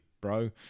bro